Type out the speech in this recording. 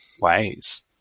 ways